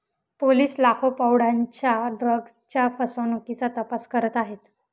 police लाखो पौंडांच्या ड्रग्जच्या फसवणुकीचा तपास करत आहेत